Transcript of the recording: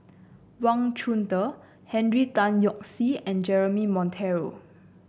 Wang Chunde Henry Tan Yoke See and Jeremy Monteiro